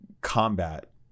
combat